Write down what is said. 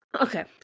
Okay